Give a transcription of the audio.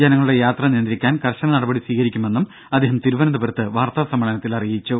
ജനങ്ങളുടെ യാത്ര നിയന്ത്രിക്കാൻ കർശന നടപടി സ്വീകരിക്കുമെന്നും അദ്ദേഹം തിരുവനന്തപുരത്ത് വാർത്താ സമ്മേളനത്തിൽ അറിയിച്ചു